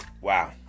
Wow